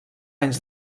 anys